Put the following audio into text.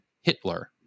Hitler